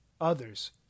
Others